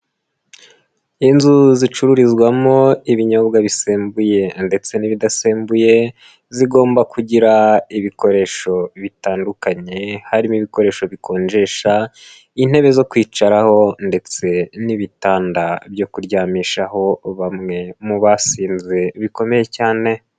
Inzu zicururizwamo ibinyobwa bisembuye ndetse n'ibidasembuye, zigomba kugira ibikoresho bitandukanye, harimo ibikoresho bikonjesha, intebe zo kwicaraho ndetse n'ibitanda byo kuryamishaho bamwe mu basinze bikomeye cyane.